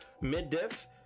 mid-diff